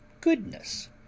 goodness